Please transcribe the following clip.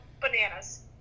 bananas